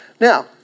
Now